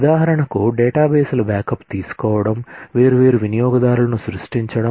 ఉదాహరణకు డేటాబేస్ల బ్యాకప్ తీసుకోవడం వేర్వేరు వినియోగదారులను సృష్టించడం